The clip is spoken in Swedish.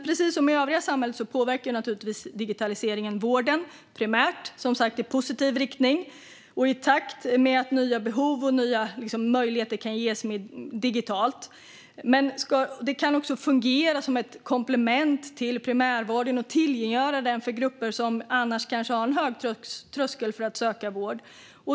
Precis som i övriga samhället påverkar naturligtvis digitaliseringen vården - primärt, som sagt, i positiv riktning i takt med nya möjligheter att möta nya behov digitalt. Den kan också fungera som ett komplement till primärvården och tillgängliggöra den för grupper som annars kanske har en hög tröskel för att söka vård.